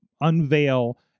unveil